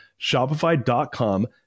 shopify.com